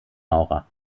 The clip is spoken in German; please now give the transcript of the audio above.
maurer